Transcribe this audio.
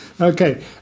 Okay